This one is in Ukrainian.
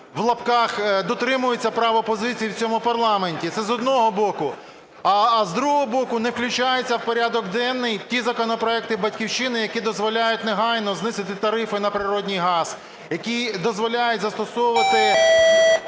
так "дотримується" право позиції в цьому парламенті. Це з одного боку. А з другого боку, не включаються в порядок денний ті законопроекти "Батьківщини", які дозволяють негайно знизити тарифи на природній газ, які дозволяють застосовувати